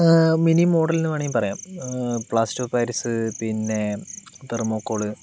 mini മോഡലെന്ന് വേണമെങ്കിൽ പറയാം പ്ലാസ്റ്റർ ഓഫ് പാരീസ് പിന്നെ തെർമ്മോകോൾ